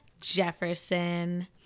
jefferson